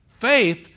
Faith